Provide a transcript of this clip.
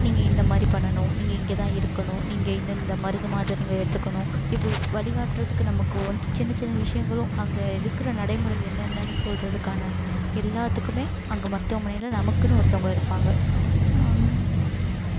நீங்கள் இந்த மாதிரி பண்ணணும் நீங்கள் இங்கேதான் இருக்கணும் நீங்கள் இந்தந்த மருந்து மாத்திரைங்க எடுத்துக்கணும் இப்படி வழிகாட்றதுக்கு நமக்கு வந்துட்டு சின்ன சின்ன விஷயங்களும் அங்கே இருக்கிற நடைமுறை என்னென்னன்னு சொல்கிறதுக்கான எல்லாத்துக்குமே அங்கே மருத்துவமனையில நமக்குன்னு ஒருத்தவங்க இருப்பாங்க